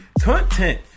content